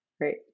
Great